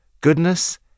Goodness